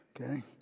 okay